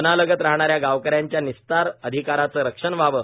वनालगत राहणाऱ्या गावकऱ्यांच्या निस्तार अधिकारांचं रक्षण व्हावं